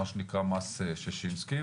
מה שנקרא מס שישינסקי,